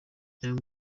young